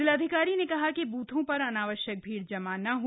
जिलाधिकारी ने कहा कि बृथों पर अनावश्यक भीड जमा ना हो